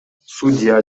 судья